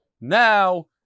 Now